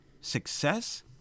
success